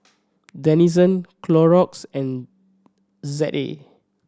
Denizen Clorox and Z A